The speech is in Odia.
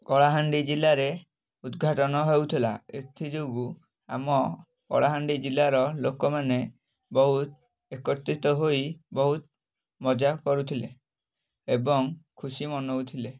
କଳାହାଣ୍ଡି ଜିଲ୍ଲାରେ ଉଦଘାଟନ ହେଉଥିଲା ଏଥିଯୋଗୁଁ ଆମ କଳାହାଣ୍ଡି ଜିଲ୍ଲାର ଲୋକମାନେ ବହୁତ ଏକତିତ୍ର ହୋଇ ବହୁତ ମଜା କରୁଥିଲେ ଏବଂ ଖୁସି ମନାଉଥିଲେ